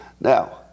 now